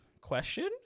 Question